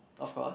of course